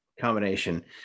combination